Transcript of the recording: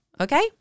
okay